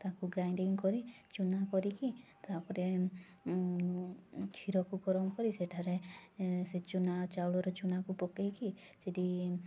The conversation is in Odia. ତାକୁ ଗ୍ରାଇଣ୍ଡିଙ୍ଗ୍ କରି ଚୂନା କରିକି ତା'ପରେ ଖିରକୁ ଗରମ କରି ସେଠାରେ ସେ ଚୂନା ଚାଉଳର ଚୂନାକୁ ପକେଇକି ସେଠି